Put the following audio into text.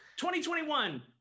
2021